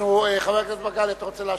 חבר הכנסת מגלי, אתה רוצה להשיב?